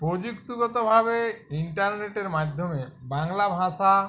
প্রযুক্তিগতভাবে ইন্টারনেটের মাধ্যমে বাংলা ভাষা